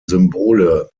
symbole